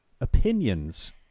opinions